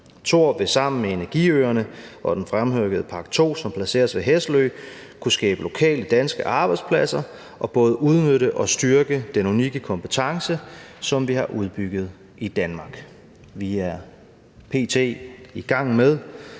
vil sammen med energiøerne og den fremrykkede Park 2, som placeres ved Hesselø, kunne skabe lokale danske arbejdspladser og både udnytte og styrke den unikke kompetence, som vi har opbygget i Danmark. Vi er p.t. i gang med